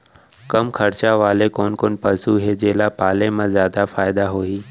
कम खरचा वाले कोन कोन पसु हे जेला पाले म जादा फायदा होही?